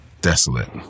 desolate